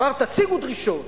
אמר: תציבו דרישות.